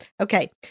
Okay